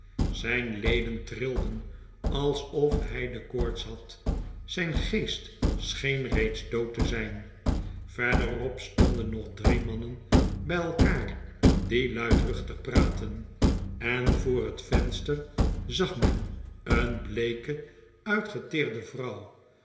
zijn leden trilden alsof hij de koorts had zijn geest scheen reeds dood te zijn verderop stonden nog drie mannen bij elkaar die luidruchtig praatten en voor het venster zag men een bleeke uitgeteerde vrouw